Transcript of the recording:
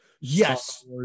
yes